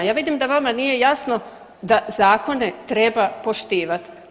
Ja vidim da vama nije jasno da zakone treba poštivati.